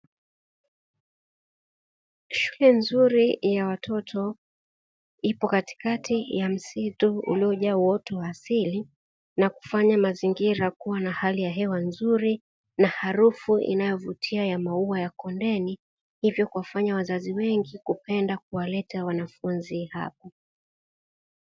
Shule nzuri ya watoto, ipo katikati ya msitu uliojaa uoto wa asili na kufanya mazingira kua na hali ya hewa nzuri, na harufu inayovutia ya maua ya kondeni, hivyo kuwafanya wazazi wengi kupenda kuwaleta wanafunzi hapo.